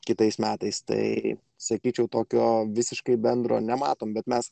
kitais metais tai sakyčiau tokio visiškai bendro nematom bet mes